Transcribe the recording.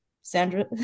Sandra